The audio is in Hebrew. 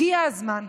הגיע הזמן,